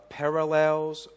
parallels